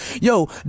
Yo